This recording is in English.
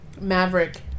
Maverick